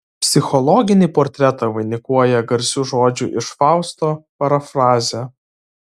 psichologinį portretą vainikuoja garsių žodžių iš fausto parafrazė